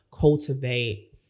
cultivate